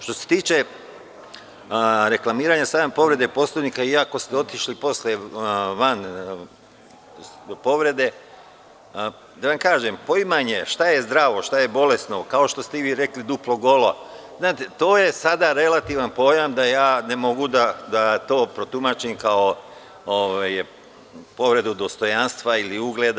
Što se tiče reklamiranja povrede Poslovnika, iako ste otišli posle van povrede, poimanje šta je zdravo, šta je bolesno, kao što ste i vi rekli – duplo golo, to je sada relativan pojam da ja ne mogu to da protumačim kao povredu dostojanstva, ugleda.